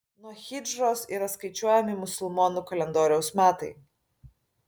nuo hidžros yra skaičiuojami musulmonų kalendoriaus metai